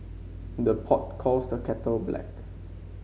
the pot calls the kettle black